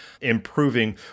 improving